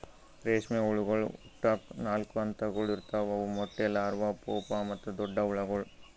ರೇಷ್ಮೆ ಹುಳಗೊಳ್ ಹುಟ್ಟುಕ್ ನಾಲ್ಕು ಹಂತಗೊಳ್ ಇರ್ತಾವ್ ಅವು ಮೊಟ್ಟೆ, ಲಾರ್ವಾ, ಪೂಪಾ ಮತ್ತ ದೊಡ್ಡ ಹುಳಗೊಳ್